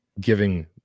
giving